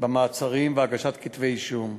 במעצרים והגשת כתבי-אישום.